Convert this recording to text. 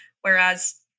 Whereas